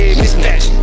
mismatch